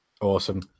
Awesome